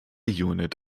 unit